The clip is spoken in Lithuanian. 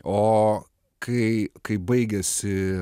o kai kai baigiasi